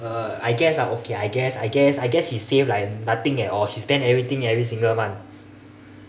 uh I guess ah okay I guess I guess I guess she save like nothing at all she spend everything every single month